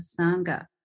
Sangha